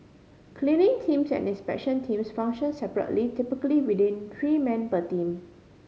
cleaning teams and inspection teams function separately typically with in three men per team